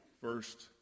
First